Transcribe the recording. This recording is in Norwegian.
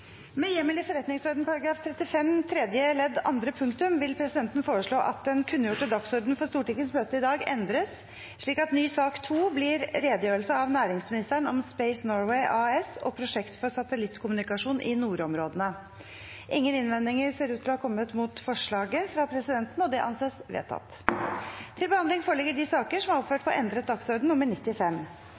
Med hjemmel i forretningsordenens § 35 tredje ledd andre punktum vil presidenten foreslå at den kunngjorte dagsordenen for Stortingets møte i dag endres slik at ny sak nr. 2 blir redegjørelse av næringsministeren om Space Norway AS og prosjekt for satellittkommunikasjon i nordområdene. Ingen innvendinger er kommet mot presidentens forslag – og det anses vedtatt. Til behandling foreligger de saker som er oppført på endret dagsorden nr. 95.